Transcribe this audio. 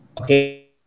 Okay